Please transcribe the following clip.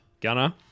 Gunner